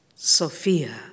Sophia